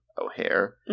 O'Hare